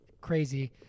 crazy